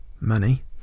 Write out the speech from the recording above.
money